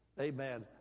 Amen